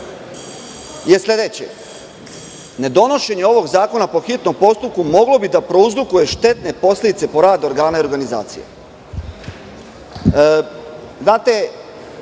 je sledeće: „Nedonošenje ovog zakona po hitnom postupku moglo bi da prouzrokuje štetne posledice po rad organa i organizacija.“.Mi